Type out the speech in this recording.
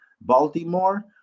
Baltimore